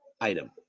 item